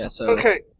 Okay